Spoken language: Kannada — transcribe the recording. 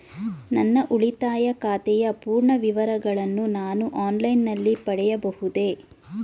ನನ್ನ ಉಳಿತಾಯ ಖಾತೆಯ ಪೂರ್ಣ ವಿವರಗಳನ್ನು ನಾನು ಆನ್ಲೈನ್ ನಲ್ಲಿ ಪಡೆಯಬಹುದೇ?